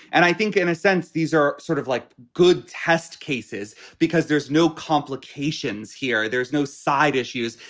and i think in a sense, these are sort of like good test cases because there's no complications here. there's no side issues.